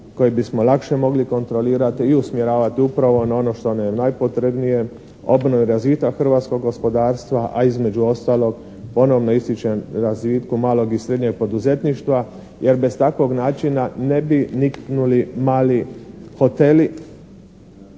koje bismo lakše mogli kontrolirati i usmjeravati upravo na ono što nam je najpotrebnije obnovu i razvitak hrvatskog gospodarstva, a između ostalog ponovno ističem razvitku malog i srednjeg poduzetništva jer bez takvog načina ne bi niknuli mali hoteli,